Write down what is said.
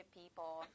people